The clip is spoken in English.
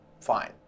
fine